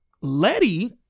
Letty